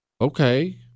Okay